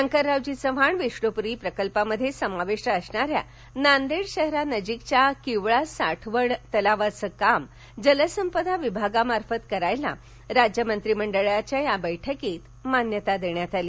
शंकररावजी चव्हाण विष्णुप्री प्रकल्पामध्ये समाविष्ट असणाऱ्या नांदेड शहरानजीकच्या किवळा साठवण तलावाचं काम जलसंपदा विभागामार्फत करण्यास राज्य मंत्रिमंडळाच्या या बैठकीत मान्यता देण्यात आली